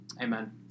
Amen